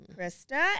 Krista